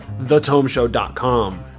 thetomeshow.com